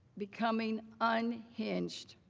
becoming unhinged?